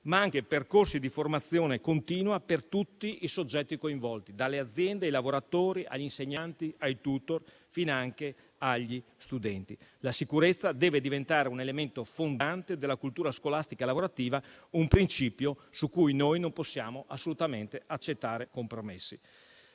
ma anche percorsi di formazione continua per tutti i soggetti coinvolti, dalle aziende ai lavoratori, agli insegnanti, ai *tutor* finanche agli studenti. La sicurezza deve diventare un elemento fondante della cultura scolastica lavorativa, un principio su cui noi non possiamo assolutamente accettare compromessi.